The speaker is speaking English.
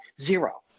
Zero